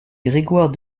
grégoire